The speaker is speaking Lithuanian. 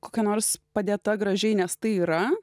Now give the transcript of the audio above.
kokia nors padėta gražiai nes tai yra